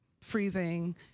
freezing